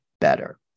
better